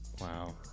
Wow